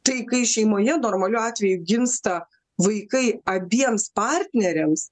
tai kai šeimoje normaliu atveju gimsta vaikai abiems partneriams